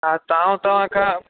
हा तव्हां उतां खां